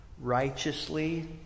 righteously